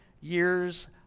years